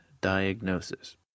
diagnosis